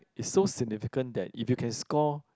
it's so significant that if you can score